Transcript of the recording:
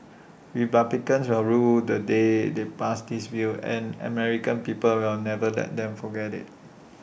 republicans will rue the day they passed this bill and American people will never let them forget IT